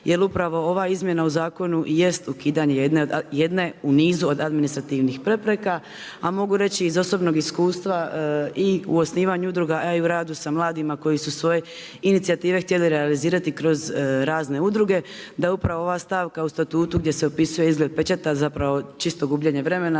jer upravo ova izmjena u zakonu jest ukidanje jedne u nizu od administrativnih prepreka. A mogu reći iz osobnog iskustva i u osnivanju udruga, a i u radu sa mladima koji su svoje inicijative htjeli realizirati kroz razne udruge, da upravo ova stavka u statutu gdje se opisuje izgled pečata čisto gubljenje vremena